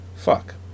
Fuck